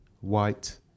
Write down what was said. white